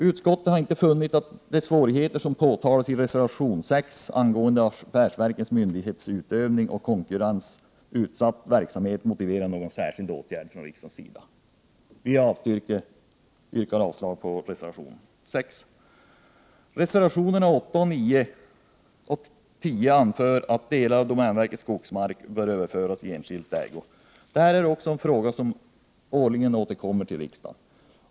Utskottet har inte funnit att de svårigheter som påtalas i reservation 6 angående affärsverkens myndighetsutövning och konkurrensutsatta verksamhet motiverar någon särskild åtgärd från riksdagens sida. Jag yrkar därför avslag på reservation 6. I reservationerna 8—10 föreslås att delar av domänverkets skogsmark skall överföras i enskild ägo. Detta är en fråga som årligen återkommer till riksdagen.